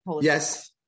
Yes